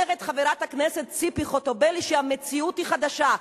אומרת חברת הכנסת ציפי חוטובלי שהמציאות היא חדשה.